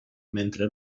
mentre